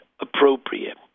appropriate